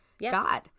God